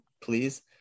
Please